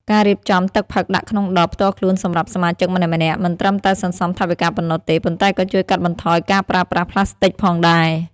ការរៀបចំទឹកផឹកដាក់ក្នុងដបផ្ទាល់ខ្លួនសម្រាប់សមាជិកម្នាក់ៗ មិនត្រឹមតែសន្សំថវិកាប៉ុណ្ណោះទេ ប៉ុន្តែក៏ជួយកាត់បន្ថយការប្រើប្រាស់ប្លាស្ទិកផងដែរ។